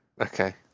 Okay